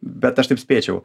bet aš taip spėčiau